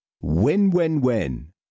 Win-win-win